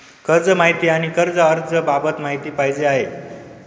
कर्ज माहिती आणि कर्ज अर्ज बाबत माहिती पाहिजे आहे